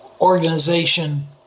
organization